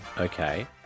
Okay